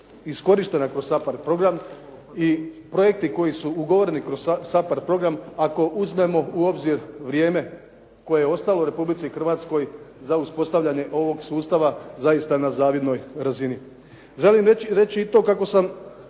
iskorištena kroz SAPARD program i projekti koji su ugovoreni kroz SAPARD program ako uzmemo u obzir vrijeme koje je ostalo Republici Hrvatskoj za uspostavljanje ovog sustava zaista na zavidnoj razini. Želim reći i to kako sam